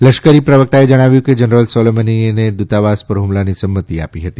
લશ્કરી પ્રવક્તાએ જણાવ્યું કેજનરલ સોલેમનીએ દૂતાવાસ પર હ્મલાને સંમતિ આપી હતી